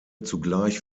zugleich